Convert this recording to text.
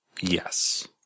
Yes